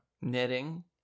knitting